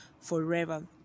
forever